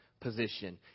position